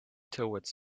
towards